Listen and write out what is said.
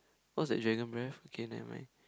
what's that dragon breath okay never mind